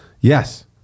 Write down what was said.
Yes